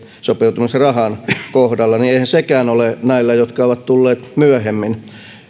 sopeutumisrahan kohdalla niin eihän sekään ole sama näillä jotka ovat tulleet myöhemmin